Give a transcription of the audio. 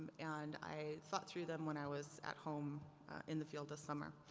and i thought through them when i was at home in the field this summer.